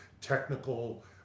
technical